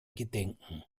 gedenken